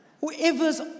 Whoever's